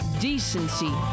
decency